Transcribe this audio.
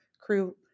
crew